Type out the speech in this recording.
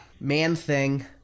Man-Thing